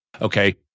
Okay